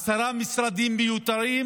עשרה משרדים מיותרים,